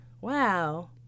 Wow